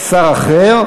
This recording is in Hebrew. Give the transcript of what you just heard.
שר אחר,